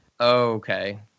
Okay